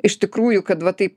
iš tikrųjų kad va taip